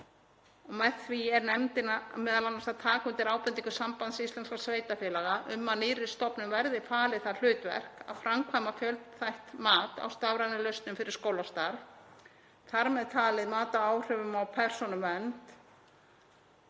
Með því er nefndin m.a. að taka undir ábendingu Sambands íslenskra sveitarfélaga um að nýrri stofnun verði falið það hlutverk að framkvæma fjölþætt mat á stafrænum lausnum fyrir skólastarf, þar með talið mat á áhrifum á persónuvernd,